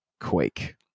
Quake